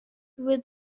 with